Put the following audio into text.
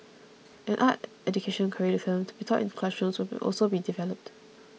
an art education curriculum to be taught in classrooms will also be developed